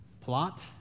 plot